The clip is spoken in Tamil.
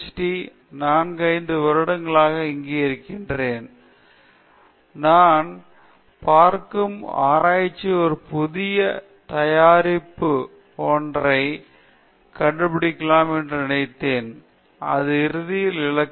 டி 4 5 வருடங்களாக நான் இங்கே இருந்திருக்கிறேன் நான் கீழிருந்து பார்க்கும் போது ஆராய்ச்சியில் ஒரு புதிய தயாரிப்பு ஒன்றை கண்டுபிடிக்கலாம் என நினைத்தேன் அதுதான் இறுதி இலக்கு